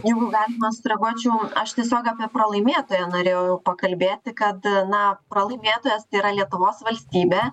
jeigu galima sureaguočiau aš tiesiog apie pralaimėtoją norėjau pakalbėti kad na pralaimėtojas tai yra lietuvos valstybė